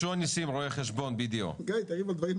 תנו להם, אומרים לך משהו, תאמין להם.